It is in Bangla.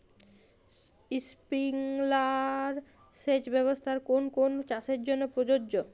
স্প্রিংলার সেচ ব্যবস্থার কোন কোন চাষের জন্য প্রযোজ্য?